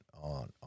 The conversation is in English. on